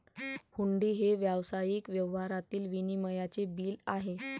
हुंडी हे व्यावसायिक व्यवहारातील विनिमयाचे बिल आहे